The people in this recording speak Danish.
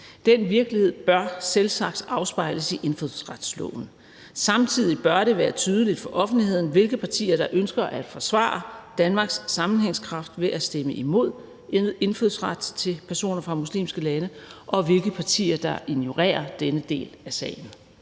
Den virkelighed bør selvsagt afspejles i indfødsretsloven. Samtidig bør det være tydeligt for offentligheden, hvilke partier der ønsker at forsvare Danmarks sammenhængskraft ved at stemme imod indfødsret til personer fra muslimske lande, og hvilke partier der ignorerer denne del af sagen.